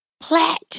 plaque